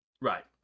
Right